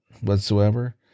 whatsoever